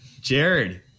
Jared